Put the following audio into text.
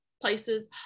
places